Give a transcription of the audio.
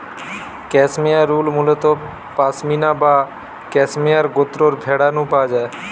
cashmere wool মুলত পসমিনা বা cashmere গোত্রর ভেড়া নু পাওয়া যায়